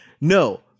no